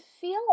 feel